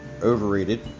overrated